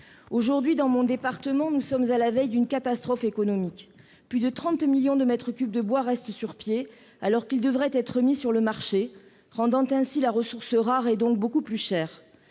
Aujourd'hui, dans mon département, nous sommes à la veille d'une catastrophe économique. Plus de 30 millions de mètres cubes de bois restent sur pied, alors qu'ils devraient être mis sur le marché, rendant ainsi la ressource rare et donc beaucoup plus chère.